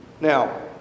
Now